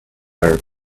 are